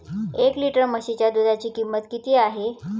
एक लिटर म्हशीच्या दुधाची किंमत किती आहे?